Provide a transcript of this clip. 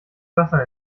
wasser